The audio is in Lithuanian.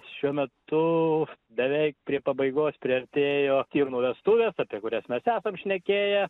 šiuo metu beveik prie pabaigos priartėjo stirnų vestuvės apie kurias mes esam šnekėję